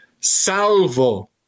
salvo